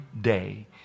day